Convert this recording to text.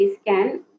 scan